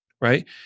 right